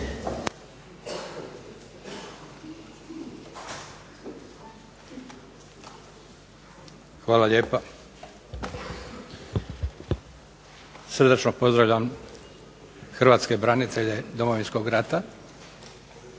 Hvala lijepa. Srdačno pozdravljam hrvatske branitelje Domovinskog rata